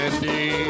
Andy